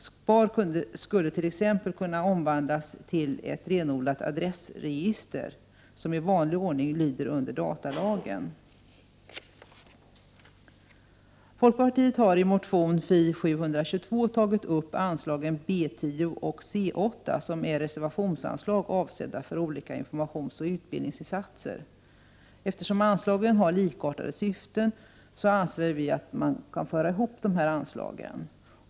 SPAR skulle t.ex. kunna omvandlas till ett renodlat adressregister, som i vanlig ordning lyder under datalagen. reservationsanslag avsedda för olika informationsoch utbildningsinsatser. Eftersom anslagen har likartade syften anser vi att de bör föras ihop.